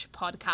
podcast